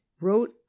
wrote